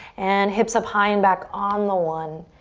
and hips up high and back on the one.